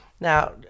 now